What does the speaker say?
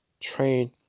train